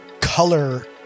color